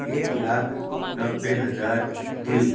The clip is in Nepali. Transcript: एक लाख नब्बे हजार दुई